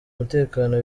umutekano